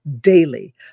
daily